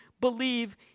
believe